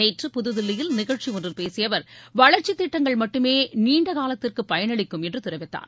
நேற்று புதுதில்லியில் நிகழ்ச்சி ஒன்றில் பேசிய அவர் வளர்ச்சித் திட்டங்கள் மட்டுமே நீண்டகாலத்திற்கு பயனளிக்கும் என்று தெரிவித்தார்